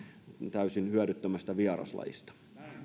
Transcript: täysin hyödyttömästä vieraslajista